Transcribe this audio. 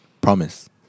promise